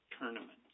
tournaments